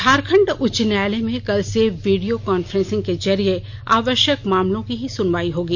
झारखंड उच्च न्यायालय में कल से वीडियो कांफ्रेंसिंग के जरिये आवश्यक मामलों की ही सुनवाई होगी